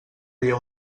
dia